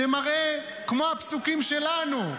שמראה כמו הפסוקים שלנו,